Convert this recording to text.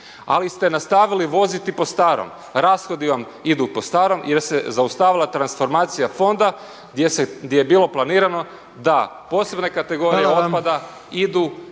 Ali ste nastavili voziti po starom. Rashodi vam idu po starom, jer se zaustavila transformacija fonda gdje je bilo planirano da posebne kategorije otpada idu… …/Upadica